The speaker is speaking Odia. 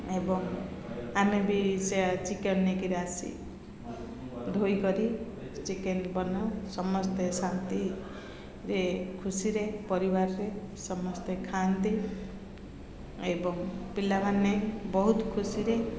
ଏବଂ ଆମେ ବି ସେ ଚିକେନ୍ ନେଇକିରି ଆସି ଧୋଇ କରି ଚିକେନ୍ ବନାଉ ସମସ୍ତେ ଶାନ୍ତିରେ ଖୁସିରେ ପରିବାରରେ ସମସ୍ତେ ଖାଆନ୍ତି ଏବଂ ପିଲାମାନେ ବହୁତ ଖୁସିରେ